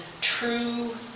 true